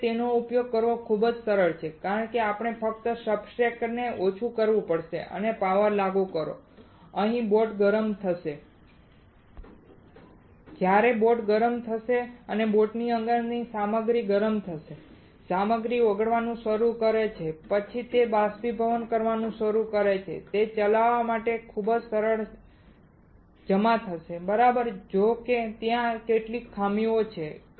જો કે તેનો ઉપયોગ કરવો ખૂબ જ સરળ છે કારણ કે આપણે ફક્ત સબસ્ટ્રેટને ઓછું કરવું પડશે અને પાવર લાગુ કરો અને બોટ ગરમ થશે જ્યારે બોટ ગરમ થશે બોટની અંદરની સામગ્રી ગરમ થઈ જશે સામગ્રી ઓગળવાનું શરૂ કરે છે પછી તે બાષ્પીભવન કરવાનું શરૂ કરે છે તે ચલાવવા માટે ખૂબ જ સરળ જમા થશે બરાબર જો કે ત્યાં કેટલીક ખામીઓ છે